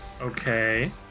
Okay